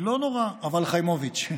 לא נורא, אבל חיימוביץ'.